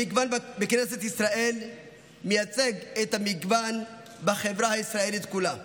המגוון בכנסת ישראל מייצג את המגוון בחברה הישראלית כולה.